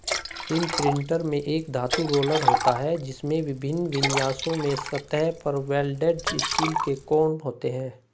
imprinter में एक धातु रोलर होता है, जिसमें विभिन्न विन्यासों में सतह पर वेल्डेड स्टील के कोण होते हैं